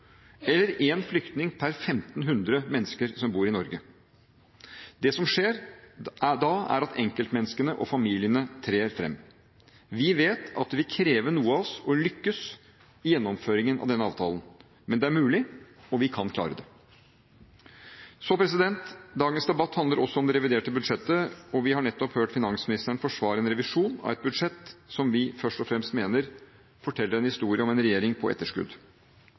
eller én flyktning per 1 500 mennesker som bor i Norge. Det som skjer da, er at enkeltmenneskene og familiene trer fram. Vi vet at det vil kreve noe av oss å lykkes i gjennomføringen av denne avtalen. Men det er mulig – og vi kan klare det. Dagens debatt handler også om det reviderte budsjettet, og vi har nettopp hørt finansministeren forsvare en revisjon av et budsjett som vi først og fremst mener forteller en historie om en regjering på etterskudd.